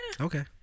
Okay